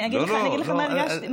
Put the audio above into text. אני אגיד לך מה הרגשתי.